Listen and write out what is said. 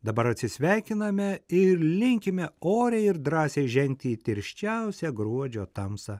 dabar atsisveikiname ir linkime oriai ir drąsiai žengti į tirščiausią gruodžio tamsą